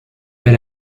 elle